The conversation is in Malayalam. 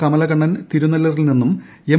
കമലക്ക്ണ്ണ്ൻ തിരുനല്ലറിൽ നിന്നും എം